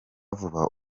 vuba